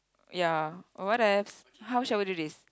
ya whatevs how shall we do this